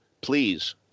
please